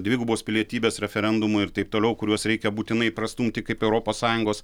dvigubos pilietybės referendumui ir taip toliau kuriuos reikia būtinai prastumti kaip europos sąjungos